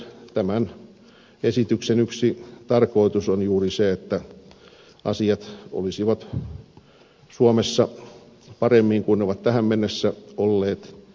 tämän esityksen yksi tarkoitus on juuri se että asiat olisivat suomessa paremmin kuin ne ovat tähän mennessä olleet